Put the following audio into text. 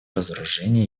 разоружения